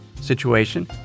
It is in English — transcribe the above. situation